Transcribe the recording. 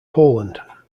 poland